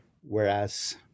whereas